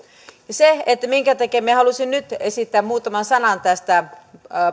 syy minkä takia minä halusin nyt esittää muutaman sanan tästä